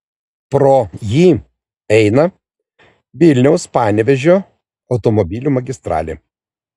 pro jį eina vilniaus panevėžio automobilių magistralė